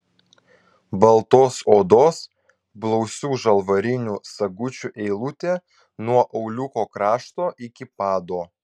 baltos odos blausių žalvarinių sagučių eilutė nuo auliuko krašto iki pado